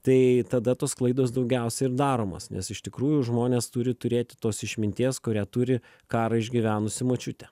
tai tada tos klaidos daugiausia ir daromos nes iš tikrųjų žmonės turi turėti tos išminties kurią turi karą išgyvenusi močiutė